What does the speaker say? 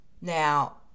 Now